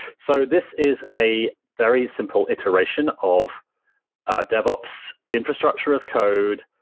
so this is a very simple iteration of devops infrastructure as code,